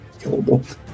killable